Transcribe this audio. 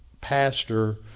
pastor